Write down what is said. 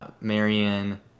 Marion